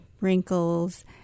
wrinkles